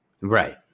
Right